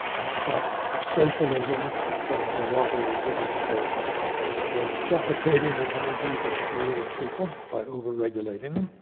i thought socialism of the watery british sort was suffocating the energies of a creative people by over-regulating